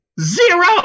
Zero